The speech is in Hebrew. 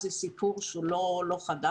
זה סיפור שהוא לא חדש.